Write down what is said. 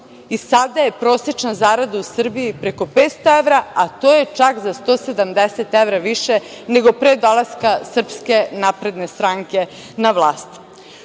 i sada je prosečna zarada u Srbiji preko 500 evra, a to je čak za 170 evra više, nego pre dolaska SNS na vlast.U